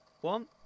one